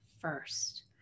first